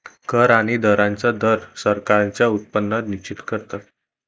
कर आणि दरांचा दर सरकारांचे उत्पन्न निश्चित करतो